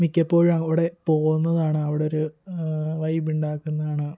മിക്കപ്പോഴും അവിടെ പോവുന്നതാണ് അവിടെ ഒരു വൈബുണ്ടാക്കുന്നതാണ്